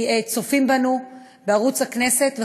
כי צופים בנו בערוץ הכנסת,